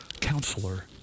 counselor